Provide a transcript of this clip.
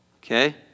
Okay